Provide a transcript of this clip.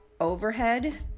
overhead